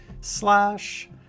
slash